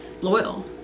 loyal